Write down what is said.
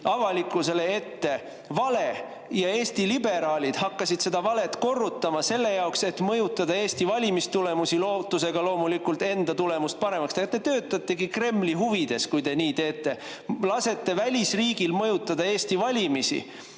avalikkusele ette vale ja Eesti liberaalid hakkasid seda valet korrutama selle jaoks, et mõjutada Eesti valimistulemusi, lootusega loomulikult enda tulemust paremaks teha. Te töötategi Kremli huvides, kui te nii teete. Lasete välisriigil mõjutada Eesti valimisi,